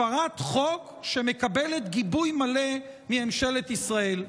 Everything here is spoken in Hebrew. הפרת חוק שמקבלת גיבוי מלא מממשלת ישראל.